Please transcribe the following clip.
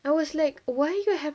I was like why you will have